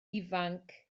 ifanc